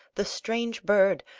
the strange bird,